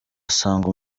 asanga